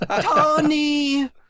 Tony